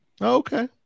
Okay